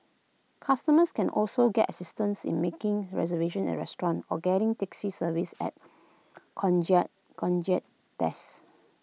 customers can also get assistance in making reservation at A restaurant or getting taxi service at the concierge concierge desk